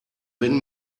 wenn